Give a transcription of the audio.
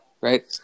Right